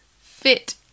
fit